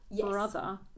brother